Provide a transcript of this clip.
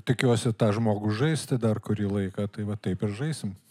tikiuosi tą žmogų žaisti dar kurį laiką tai va taip ir žaisim